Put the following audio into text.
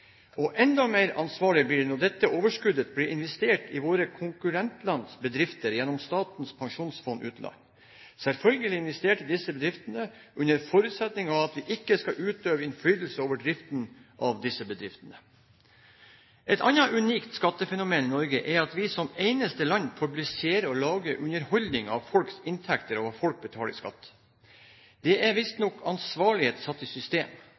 Og enda mer ansvarlig blir det når dette overskuddet blir investert i våre konkurrentlands bedrifter gjennom Statens pensjonsfond utland. Selvfølgelig investerte disse bedriftene under forutsetning av at vi ikke skal utøve innflytelse over driften av disse bedriftene. Et annet unikt skattefenomen i Norge er at vi som eneste land publiserer og lager underholdning av folks inntekter og hva folk betaler i skatt. Det er visstnok ansvarlighet satt i system,